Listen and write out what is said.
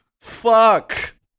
Fuck